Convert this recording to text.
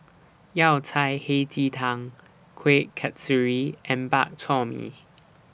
Yao Cai Hei Ji Tang Kuih Kasturi and Bak Chor Mee